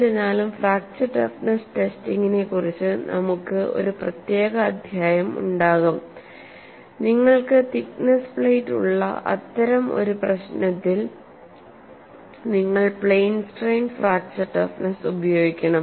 എന്നിരുന്നാലും fracture toughness ടെസ്റ്റിംഗിനെക്കുറിച്ച് നമുക്ക് ഒരു പ്രത്യേക അധ്യായം ഉണ്ടാകും നിങ്ങൾക്ക് തിക്നെസ്സ് പ്ലേറ്റ് ഉള്ള അത്തരം ഒരു പ്രശ്നത്തിൽ നിങ്ങൾ പ്ലെയിൻ സ്ട്രെയിൻ ഫ്രാക്ചർ ടഫ്നെസ്സ് ഉപയോഗിക്കണം